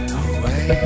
away